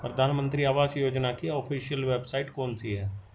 प्रधानमंत्री आवास योजना की ऑफिशियल वेबसाइट कौन सी है?